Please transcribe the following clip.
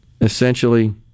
essentially